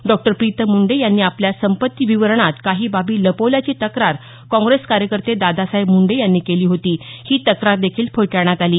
डॉ प्रीतम मुंडे यांनी आपल्या संपत्ती विवरणात काही बाबी लपवल्याची तक्रार काँग्रेस कार्यकर्ते दादासाहेब मुंडे यांनी केली होती ही तक्रार देखील फेटाळण्यात आली